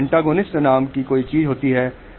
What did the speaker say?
ANTGONIST नाम की कोई चीज होती है